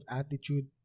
attitude